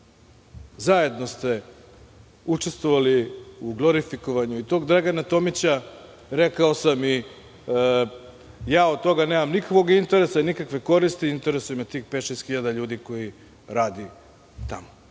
Zajedno ste učestvovali u glorifikovanju i tog Dragana Tomića. Rekao sam, ja od toga nemam nikakvog interesa, nikakve koristi, interesuje me tih pet, šest hiljada ljudi koji radi tamo.